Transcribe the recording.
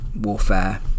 warfare